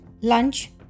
lunch